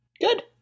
Good